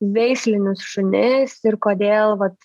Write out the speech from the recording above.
veislinius šunis ir kodėl vat